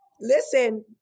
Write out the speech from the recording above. listen